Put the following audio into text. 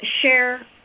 share